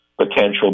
Potential